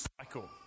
cycle